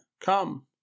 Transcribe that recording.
Come